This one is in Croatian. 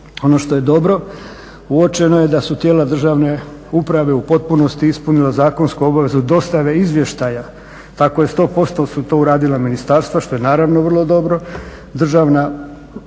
Ono što je dobro uočeno je da su tijela državne uprave u potpunosti ispunila zakonsku obavezu dostave izvještaja. Tako su to 100% uradila ministarstva što je vrlo dobro, državnih